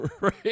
Right